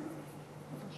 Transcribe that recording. גם.